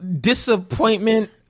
disappointment